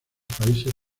países